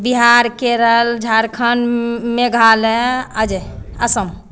Bihar Kerala Jharkhand Meghalaya Ajay Assam